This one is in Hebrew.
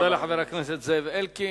תודה לחבר הכנסת אלקין.